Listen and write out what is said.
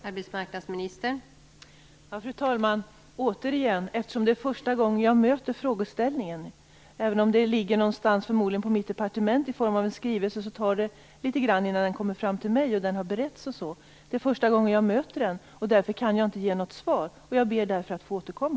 Fru talman! Detta är som sagt första gången jag möter denna frågeställning. Det ligger förmodligen någonstans på mitt departement i form av en skrivelse, men det tar litet tid innan den kommer fram till mig, och innan den har beretts och så. Det är första gången jag möter frågan. Därför kan jag inte ge något svar. Jag ber alltså att få återkomma.